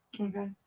Okay